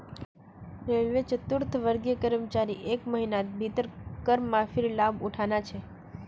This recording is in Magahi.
रेलवे चतुर्थवर्गीय कर्मचारीक एक महिनार भीतर कर माफीर लाभ उठाना छ